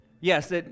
Yes